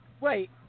wait